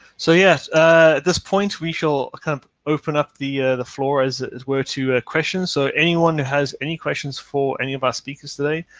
so, yes, at this point we shall kind of open up the the floor as where to ah questions. so, anyone who has any questions for any of our speakers today,